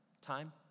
time